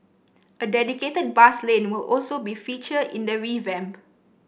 a dedicated bus lane will also be feature in the revamp